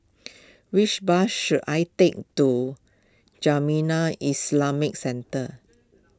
which bus should I take to Jamiyah Islamic Centre